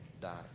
die